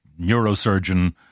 neurosurgeon